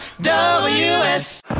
WS